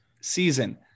season